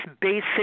basic